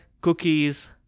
cookies